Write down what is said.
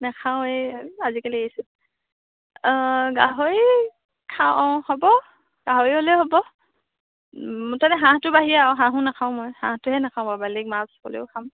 নাখাওঁ এই আজিকালি এৰিছোঁ অ' গাহৰি খাওঁ অ' হ'ব গাহৰি হ'লেই হ'ব মুঠতে হাঁহটো বাহিৰে আৰু হাঁহও নাখাওঁ মই হাঁহটোহে নাখাওঁ বাৰু বেলেগ মাছ হ'লেও খাম